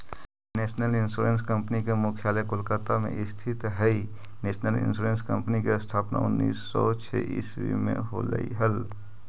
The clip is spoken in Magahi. नेशनल इंश्योरेंस कंपनी के मुख्यालय कोलकाता में स्थित हइ नेशनल इंश्योरेंस कंपनी के स्थापना उन्नीस सौ छः ईसवी में होलई हल